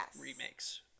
remakes